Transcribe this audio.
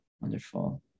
wonderful